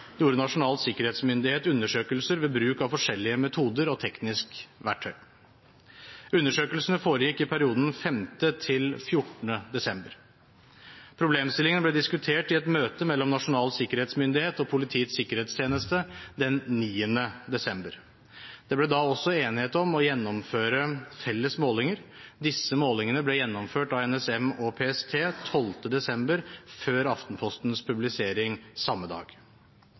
gjorde Nasjonal sikkerhetsmyndighet undersøkelser ved bruk av forskjellige metoder og teknisk verktøy. Undersøkelsene foregikk i perioden 5.–14. desember. Problemstillingen ble diskutert i et møte med Nasjonal sikkerhetsmyndighet og Politiets sikkerhetstjeneste den 9. desember. Det ble da enighet om å gjennomføre felles målinger. Disse målingene ble gjennomført av NSM og PST 12. desember, før Aftenpostens publisering samme dag.